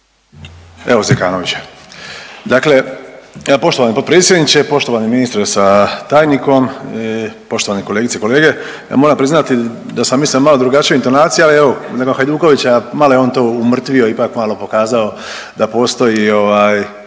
Evo Zekanovića. Dakle, poštovani potpredsjedniče, poštovani ministre sa tajnikom, poštovane kolegice i kolege. Moram priznati da sam mislio malo drugačiju intonaciju, ali evo nakon Hajdukovića malo je on to umrtvio ipak malo pokazao da postoji